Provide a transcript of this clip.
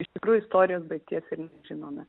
iš tikrųjų istorijos baigties ir nežinome